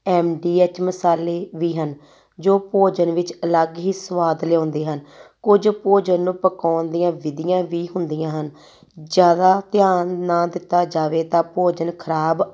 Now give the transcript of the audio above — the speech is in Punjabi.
ਐਮ ਡੀ ਐਚ ਮਸਾਲੇ ਵੀ ਹਨ ਜੋ ਭੋਜਨ ਵਿੱਚ ਅਲੱਗ ਹੀ ਸੁਆਦ ਲਿਆਉਂਦੇ ਹਨ ਕੁਝ ਭੋਜਨ ਨੂੰ ਪਕਾਉਣ ਦੀਆਂ ਵਿਧੀਆਂ ਵੀ ਹੁੰਦੀਆਂ ਹਨ ਜ਼ਿਆਦਾ ਧਿਆਨ ਨਾ ਦਿੱਤਾ ਜਾਵੇ ਤਾਂ ਭੋਜਨ ਖਰਾਬ